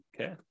Okay